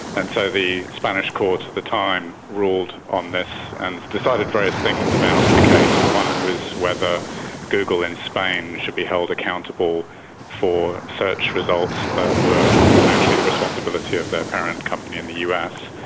and so the spanish court at the time ruled on this and decided various things about the case. one was whether google in spain should be held accountable for search results that were actually the responsibility of their parent company in the us,